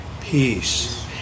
Peace